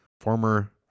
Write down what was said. former